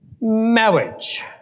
marriage